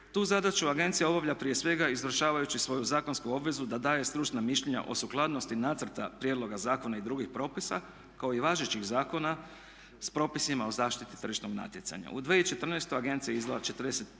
Tu zadaću agencija obavlja prije svega izvršavajući svoju zakonsku obvezu da daje stručna mišljenja o sukladnosti nacrta prijedloga zakona i drugih propisa kao i važećih zakona s propisima o zaštiti tržišnog natjecanja. U 2014.agencija je izdala 44